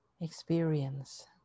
experience